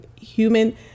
human